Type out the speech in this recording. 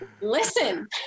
Listen